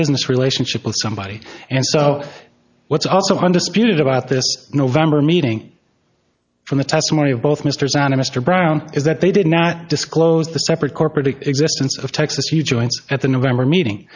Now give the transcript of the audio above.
business relationship with somebody and so what's also under spirit about this november meeting from the testimony of both mr zanna mr brown is that they did not disclose the separate corporate existence of texas new joints at the november meeting